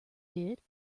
did